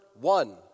one